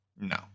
no